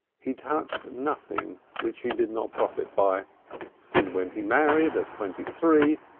he touched nothing which he did not profit by and when he married, at twenty-three,